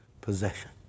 possession